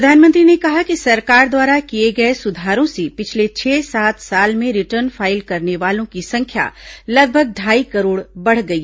प्रधानमंत्री ने कहा कि सरकार द्वारा किए गए सुधारों से पिछले छह सात साल में रिटर्न फाइल करने वालों की संख्या लगभग ढाई करोड़ बढ़ गई है